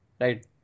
right